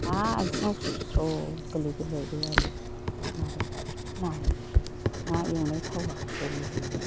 आरो आथिङाव स्र' गोग्लैदेरलायबाय आरो माबाया नाया ना एवनाय थावा गोग्लैलायबाय